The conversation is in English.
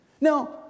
Now